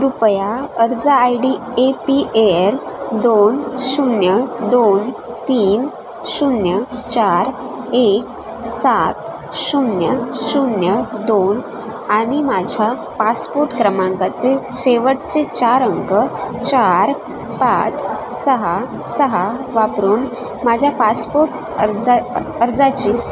कृपया अर्ज I D A P L दोन शून्य दोन तीन शून्य चार एक सात शून्य शून्य दोन आणि माझ्या पासपोर्ट क्रमांकाचे शेवटचे चार अंक चार पाच सहा सहा वापरून माझ्या पासपोर्ट अर्जा अर्जाची स्थिती तपासा